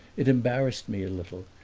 it embarrassed me a little,